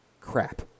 crap